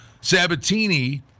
Sabatini